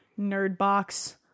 Nerdbox